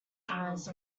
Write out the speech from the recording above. guise